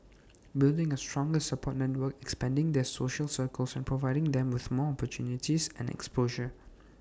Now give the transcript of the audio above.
building A stronger support network expanding their social circles and providing them with more opportunities and exposure